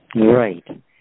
Right